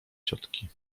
ciotki